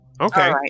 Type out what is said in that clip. Okay